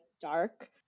dark